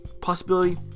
Possibility